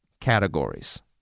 categories